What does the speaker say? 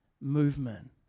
movement